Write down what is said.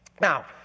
Now